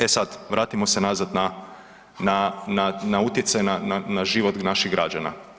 E sad, vratimo se nazad na utjecaj na život naših građana.